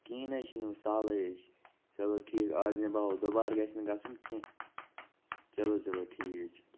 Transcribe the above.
کِہیٖنۍ چھُنہٕ وۄں سَہلی چھُ چلو ٹھیک اَز نِباوو دوبارٕ گَژھنہٕ گَژُھن کیٚنٛہہ چلو چلو ٹھیک چھُ